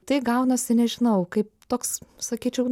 tai gaunasi nežinau kaip toks sakyčiau